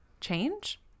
change